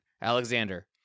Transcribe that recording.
Alexander